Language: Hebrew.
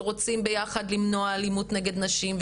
שרוצים ביחד למנוע אלימות נגד נשים,